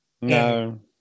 No